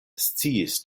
sciis